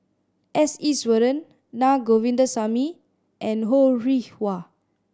S Iswaran Naa Govindasamy and Ho Rih Hwa